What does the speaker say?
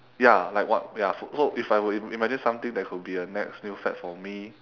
ya like what ya so if I were to imagine something that could be a next new fad for me